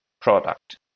product